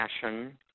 fashion